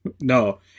No